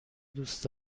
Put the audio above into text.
دوست